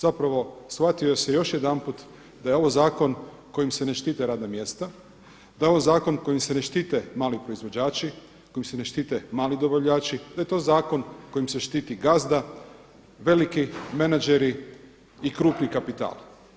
Zapravo shvatilo se još jedanput da je ovo zakon kojim se ne štite radna mjesta, da je ovo zakon kojim se ne štite mali proizvođači, kojim se ne štite mali dobavljači, da je to zakon kojim se štiti gazda, veliki menadžeri i krupni kapital.